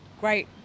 great